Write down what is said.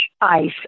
ICE